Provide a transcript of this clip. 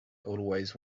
always